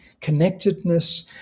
connectedness